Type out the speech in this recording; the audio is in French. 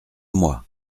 moi